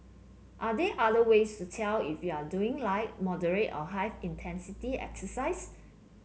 are there other ways to tell if you are doing light moderate or high intensity exercise